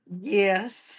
Yes